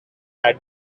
had